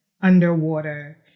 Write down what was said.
underwater